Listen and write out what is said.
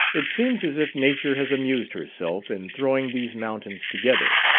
it seems as if nature has amused herself in throwing these mountains together.